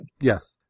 yes